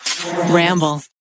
Ramble